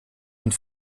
une